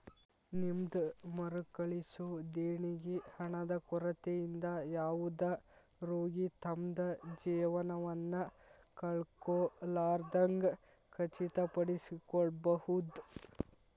ನಿಮ್ದ್ ಮರುಕಳಿಸೊ ದೇಣಿಗಿ ಹಣದ ಕೊರತಿಯಿಂದ ಯಾವುದ ರೋಗಿ ತಮ್ದ್ ಜೇವನವನ್ನ ಕಳ್ಕೊಲಾರ್ದಂಗ್ ಖಚಿತಪಡಿಸಿಕೊಳ್ಬಹುದ್